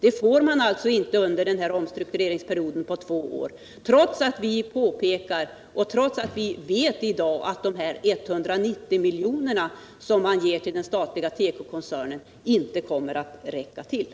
Detta får man alltså inte under den här omstruktureringsperioden på två år, trots att vi vet i dag att de 190 miljonerna som man ger den statliga tekokoncernen inte kommer att räcka till.